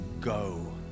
go